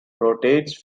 rotates